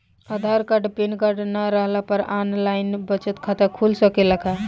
आधार card PAN card न रहला पर आन लाइन बचत खाता खुल सकेला का?